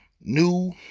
new